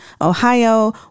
Ohio